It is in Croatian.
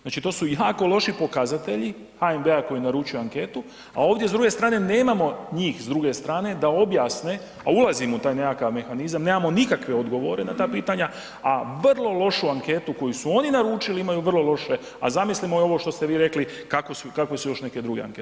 Znači to su jako loši pokazatelji HNB-a koji je naručio anketu, a ovdje nemamo njih s druge strane da objasne a ulazimo u taj nekakav mehanizam, nemamo nikakve odgovore na ta pitanja a vrlo lošu anketu koji su oni naručili, imaju vrlo loše a zamislimo ovo što ste vi rekli kako su još neke druge ankete.